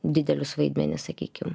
didelius vaidmenis sakykim